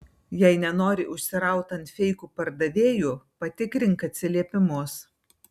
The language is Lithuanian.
jei nenori užsiraut ant feikų pardavėjų patikrink atsiliepimus